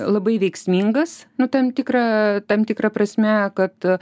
labai veiksmingas nu tam tikra tam tikra prasme kad